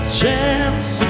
chance